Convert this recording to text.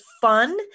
fun